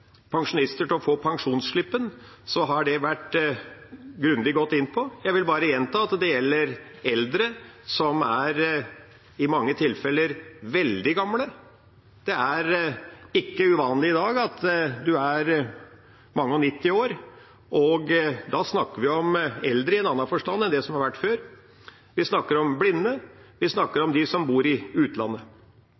pensjonister til å få pensjonsslippen, har det vært grundig gått inn på. Jeg vil bare gjenta at det gjelder eldre, som i mange tilfeller er veldig gamle, det er i dag ikke uvanlig at en er mange og nitti år, og da snakker vi om eldre i en annen forstand enn det som har vært før, og vi snakker om blinde